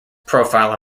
profile